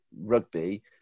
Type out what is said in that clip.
rugby